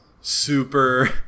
super